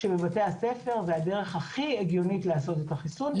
בבתי הספר זה הדרך הכי הגיונית לעשות את החיסון.